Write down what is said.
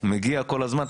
מגיע כל הזמן,